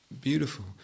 beautiful